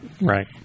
right